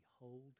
behold